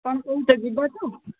କ'ଣ କହୁଛ ଯିବ ତ